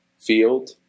field